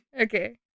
okay